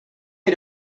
had